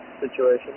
situation